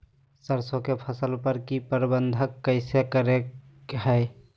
सरसों की फसल पर की प्रबंधन कैसे करें हैय?